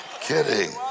kidding